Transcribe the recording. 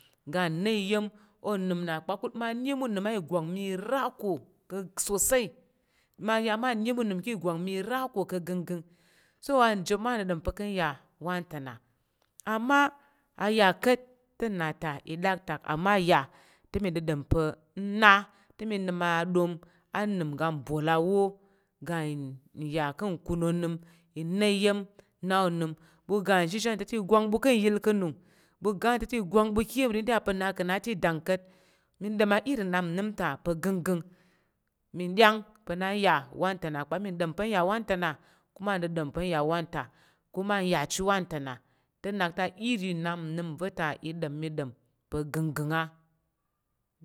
Ga ni yim o nəm na pa̱ ka̱kul pa̱ nza n iya̱m unəm a igwak mi i rako ka sosai ma ya ma n iya̱m unəm ka̱ ìgwak mi ira ko pa̱ gənggəng so wa nji a nɗom pa̱ ka̱ ya wanata na ama aya ka̱t te na ta i dak tak amma ya te mi dədan pa̱ nna te mi nəm a aɗom a nəm ga bo là wo ga nya ka̱ iku na nəm ina iya̱m na onəm ɓu ga nzhi zhi wanto te igwan ɓu ka̱ yəl ka̱ nung ɓu ga wanto te igwan ɓu ka̱ iya̱m nri nda ya pa̱ na ka na na te idang ka̱t nda ma iri nnap nəm ta pa gənggəng mi ɗyang pa̱ na nya wantana pa̱ mi n ɗom pa̱ nya wan tana kuma ndedem pa̱ nyawan ta kuma nyacit wanta na te nak te iri nnap nnəm va̱ ta i ɗom mi ɗom pa̱ gənggəng a.